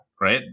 right